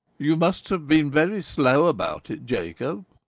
you must have been very slow about it, jacob,